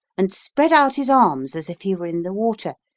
and spread out his arms as if he were in the water,